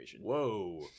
Whoa